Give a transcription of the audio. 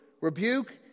rebuke